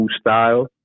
Style